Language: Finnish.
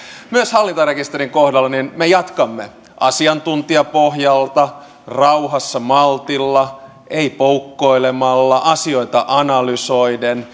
myös hallintarekisterin kohdalla me me jatkamme asiantuntijapohjalta rauhassa maltilla ei poukkoilemalla asioita analysoiden